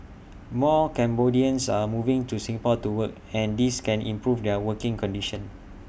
more Cambodians are moving to Singapore to work and this can improve their working conditions